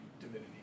divinity